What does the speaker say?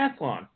Athlon